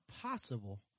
possible